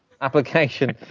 Application